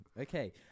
okay